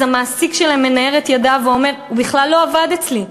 אז המעסיק שלהם מנער את ידיו ואומר: הוא בכלל לא עבד אצלי.